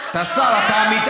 למה?